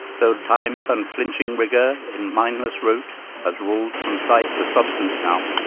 though time's unflinching rigor in mindless rote has ruled from sight the substance now,